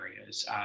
areas